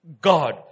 God